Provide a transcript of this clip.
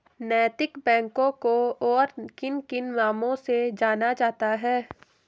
नैतिक बैंकों को और किन किन नामों से जाना जाता है?